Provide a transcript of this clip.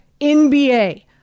NBA